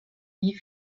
wie